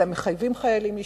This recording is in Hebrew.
אלא מחייבים חיילים לשתות,